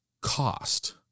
cost